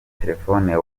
telefone